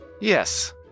Yes